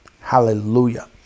Hallelujah